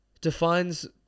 defines